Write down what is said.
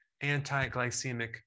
anti-glycemic